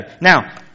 Now